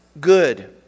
good